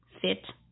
fit